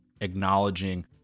acknowledging